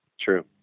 True